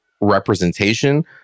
representation